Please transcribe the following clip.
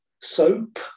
Soap